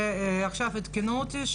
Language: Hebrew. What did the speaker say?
עכשיו עדכנו אותי,